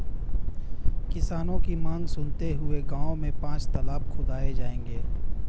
किसानों की मांग सुनते हुए गांव में पांच तलाब खुदाऐ जाएंगे